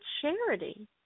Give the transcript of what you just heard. charity